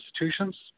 institutions